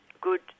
good